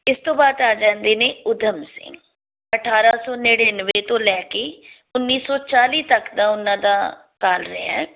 ਇਸ ਤੋਂ ਬਾਅਦ ਆ ਜਾਂਦੇ ਨੇ ਊਧਮ ਸਿੰਘ ਅਠਾਰਾਂ ਸੌ ਨੜਿਨਵੇਂ ਤੋਂ ਲੈ ਕੇ ਉੱਨੀ ਸੌ ਚਾਲੀ ਤੱਕ ਦਾ ਉਹਨਾਂ ਦਾ ਕਾਲ ਰਿਹਾ